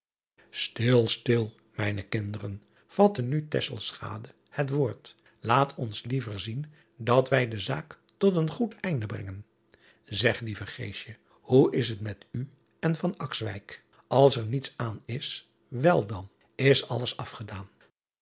til stil mijne kinderen vatte nu het woord aat ons liever zien dat wij de zaak tot een goed einde brengen eg lieve hoe is het met u en ls er niets aan is wel dan is alles afgedaan